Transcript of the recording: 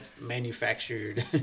manufactured